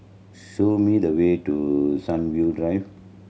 show me the way to Sunview Drive